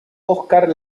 oscar